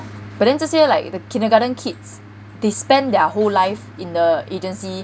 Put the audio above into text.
but then 这些 like the kindergarten kids they spend their whole life in the agency